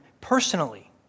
personally